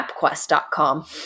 MapQuest.com